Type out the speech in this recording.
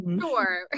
sure